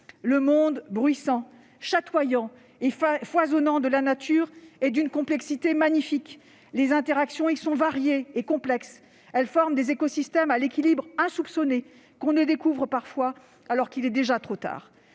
Le monde bruissant, chatoyant et foisonnant de la nature est d'une magnifique complexité ; les interactions y sont variées et complexes, elles forment des écosystèmes à l'équilibre insoupçonné, que l'on découvre parfois alors qu'il est déjà trop tard.